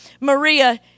Maria